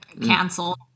canceled